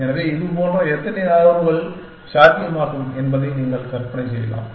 எனவே இதுபோன்ற எத்தனை நகர்வுகள் சாத்தியமாகும் என்பதை நீங்கள் கற்பனை செய்யலாம்